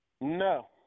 No